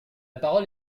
parole